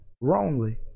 wrongly